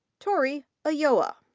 tori ah yeah ulloa.